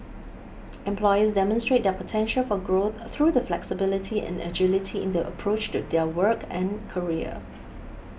employees demonstrate their potential for growth through the flexibility and agility in their approach to their work and career